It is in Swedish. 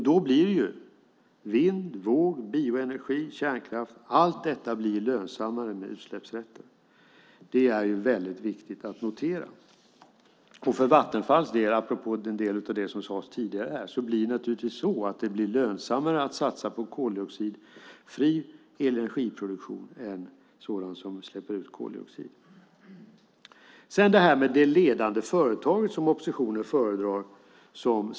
Då blir vind-, våg och bioenergi samt kärnkraft lönsammare med utsläppsrätter. Det är viktigt att notera. För Vattenfalls del - apropå en del av det som sades tidigare - blir det lönsammare att satsa på koldioxidfri energiproduktion än sådan som släpper ut koldioxid. Oppositionen föredrar det ledande företaget som sin definition.